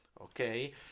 okay